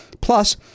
plus